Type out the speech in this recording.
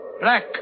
black